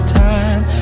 time